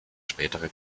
spätere